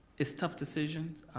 it's tough decisions.